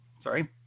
Sorry